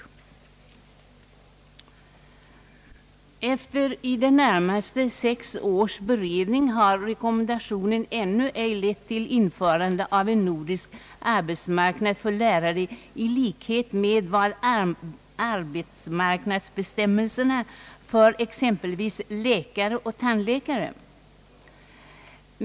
Efter i det närmaste sex års beredning har rekommendationen ännu ej lett till införande av en nordisk arbetsmarknad för lärare i likhet med arbetsmarknadsbestämmelserna för exempelvis läkare och tandläkare.